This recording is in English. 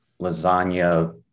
lasagna